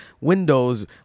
windows